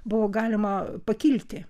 buvo galima pakilti